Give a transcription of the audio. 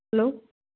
hello